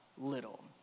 little